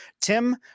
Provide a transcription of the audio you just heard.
Tim